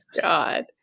god